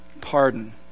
pardon